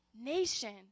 nation